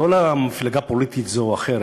לא למפלגה פוליטית זו או אחרת,